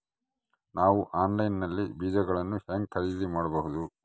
ನಾವು ಆನ್ಲೈನ್ ನಲ್ಲಿ ಬೇಜಗಳನ್ನು ಹೆಂಗ ಖರೇದಿ ಮಾಡಬಹುದು?